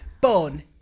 Born